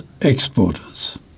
exporters